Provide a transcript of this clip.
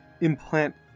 implant